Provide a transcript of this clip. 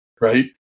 right